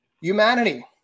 Humanity